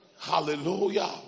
Hallelujah